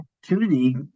opportunity